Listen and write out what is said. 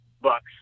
bucks